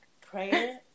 Prayer